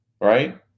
Right